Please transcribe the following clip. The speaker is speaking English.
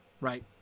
right